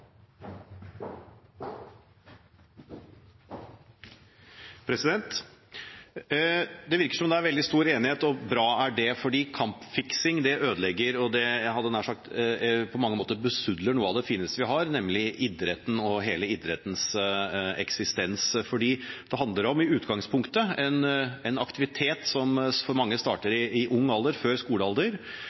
jeg hadde nær sagt – besudler på mange måter noe av det fineste vi har, nemlig idretten og hele idrettens eksistens. Det handler i utgangspunktet om en aktivitet som for mange starter i ung alder, før skolealder,